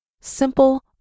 simple